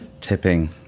Tipping